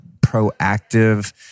proactive